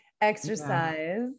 exercise